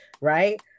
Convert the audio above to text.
right